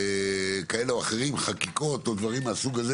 זה מגיע עם חקיקות או דברים מהסוג הזה